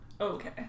Okay